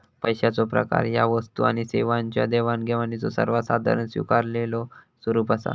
पैशाचो प्रकार ह्या वस्तू आणि सेवांच्यो देवाणघेवाणीचो सर्वात साधारण स्वीकारलेलो स्वरूप असा